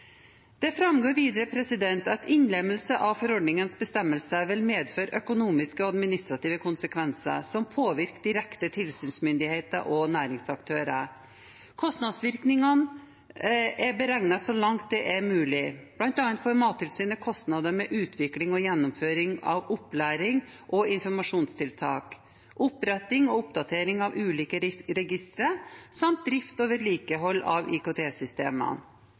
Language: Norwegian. Det framgår videre at innlemmelse av forordningens bestemmelser vil medføre økonomiske og administrative konsekvenser som påvirker direkte tilsynsmyndigheter og næringsaktører. Kostnadsvirkningene er beregnet så langt det er mulig. Blant annet får Mattilsynet kostnader med utvikling og gjennomføring av opplæring og informasjonstiltak, oppretting og oppdatering av ulike registre samt drift og vedlikehold av